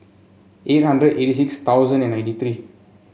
eight hundred eighty six thousand and ninety three